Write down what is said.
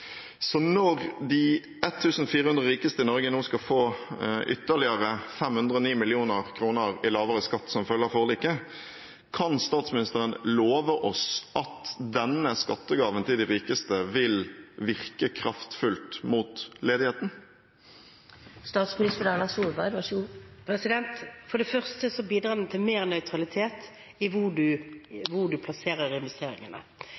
Så når de 1 400 rikeste i Norge nå skal få ytterligere 509 mill. kr i lavere skatt som følge av forliket, kan statsministeren da love oss at denne skattegaven til de rikeste vil virke kraftfullt mot ledigheten? For det første bidrar den til mer nøytralitet i hvor en plasserer investeringene.